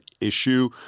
issue